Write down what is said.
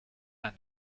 and